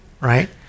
right